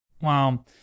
Wow